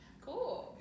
Cool